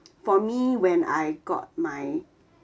for me when I got my